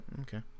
Okay